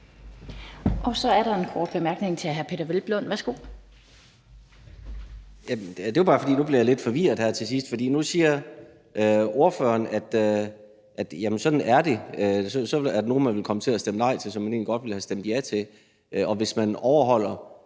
Så er der en kort bemærkning fra hr. Peder Hvelplund. Værsgo. Kl. 19:04 Peder Hvelplund (EL): Nu blev jeg lidt forvirret her til sidst, for nu siger ordføreren, at sådan er det, og så vil der være nogle, man kommer til at stemme nej til, som man egentlig godt ville have stemt ja til, og hvis man overholder